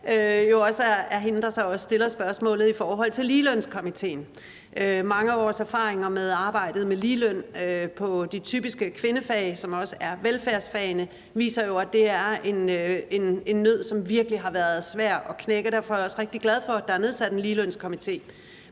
i dag også er hende, der stiller spørgsmål i forhold til i ligelønskomitéen. Mange års erfaring med arbejdet med ligeløn i de typiske kvindefag, som også er velfærdsfagene, viser jo, at det her er en nød, som virkelig har været svær at knække. Derfor er jeg også rigtig glad for, at der er nedsat en ligelønskomité.